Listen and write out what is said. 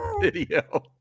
video